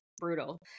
brutal